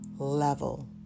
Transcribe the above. level